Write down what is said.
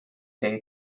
day